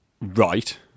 right